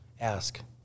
ask